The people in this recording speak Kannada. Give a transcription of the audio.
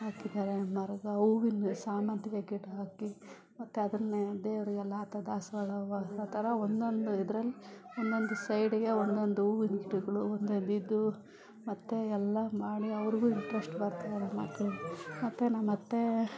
ಹಾಕಿದ್ದಾರೆ ಮರದ ಹೂವಿನ್ ಸೇವಂತಿಗೆ ಗಿಡ ಹಾಕಿ ಮತ್ತು ಅದನ್ನೇ ದೇವರಿಗೆಲ್ಲ ಆತ ದಾಸವಾಳ ಹೂವು ಆ ಥರ ಒಂದೊಂದು ಇದರಲ್ಲಿ ಒಂದೊಂದು ಸೈಡಿಗೆ ಒಂದೊಂದು ಹೂವಿನ ಗಿಡಗಳು ಒಂದೊಂದಿದು ಮತ್ತು ಎಲ್ಲ ಮಾಡಿ ಅವ್ರಿಗೂ ಇಂಟ್ರೆಸ್ಟ್ ಬರ್ತವೆ ಮಕ್ಕಳಿಗೆ ಮತ್ತು ನಮ್ಮತ್ತೆ